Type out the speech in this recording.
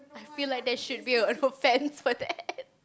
feel like there should be a offence for that